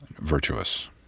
virtuous